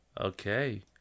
Okay